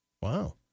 Wow